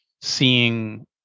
seeing